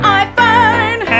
iPhone